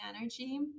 energy